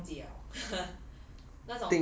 还是顶冻忘记